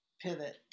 Pivot